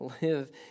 live